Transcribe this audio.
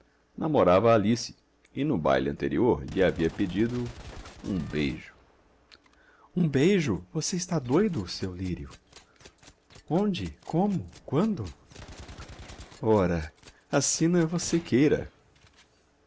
namorava a alice e no baile anterior lhe havia pedido um beijo um beijo você está doido seu lírio onde como quando ora assina você queira